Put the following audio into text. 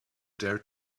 dared